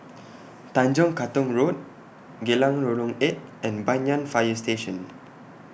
Tanjong Katong Road Geylang Lorong eight and Banyan Fire Station